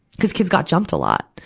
cuz kids got jumped a lot.